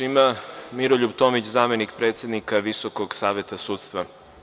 Reč ima Miroljub Tomić, zamenik predsednika Visokog saveta sudstva.